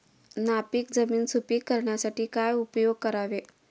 नापीक जमीन सुपीक करण्यासाठी काय उपयोग करावे?